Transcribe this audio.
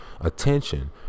attention